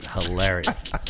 Hilarious